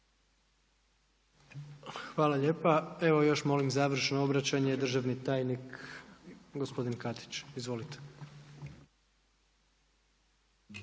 Hvala lijepa. Evo još molim završno obraćanje državni tajnik gospodin Katić. Izvolite.